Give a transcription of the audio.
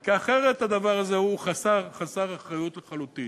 כי אחרת הדבר הזה הוא חסר אחריות לחלוטין.